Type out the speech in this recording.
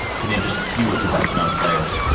to name just a few of the best known players,